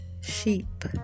sheep